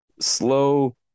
slow